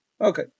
Okay